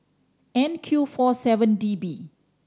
N Q four seven D B